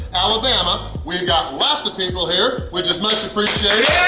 alabama! we've got lots of people here which is much appreciated!